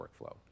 workflow